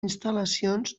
instal·lacions